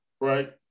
right